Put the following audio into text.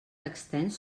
extens